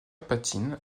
patine